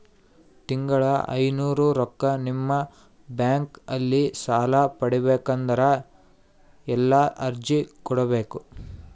ತಿಂಗಳ ಐನೂರು ರೊಕ್ಕ ನಿಮ್ಮ ಬ್ಯಾಂಕ್ ಅಲ್ಲಿ ಸಾಲ ಪಡಿಬೇಕಂದರ ಎಲ್ಲ ಅರ್ಜಿ ಕೊಡಬೇಕು?